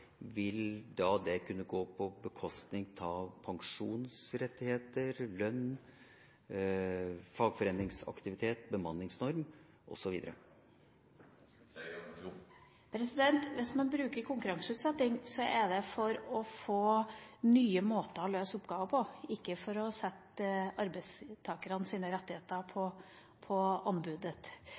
vil da det kunne gå på bekostning av pensjonsrettigheter, lønn, fagforeningsaktivitet, bemanningsnorm osv.? Hvis man bruker konkurranseutsetting, er det for å få nye måter å løse oppgaver på, ikke for å sette arbeidstakernes rettigheter på anbudet.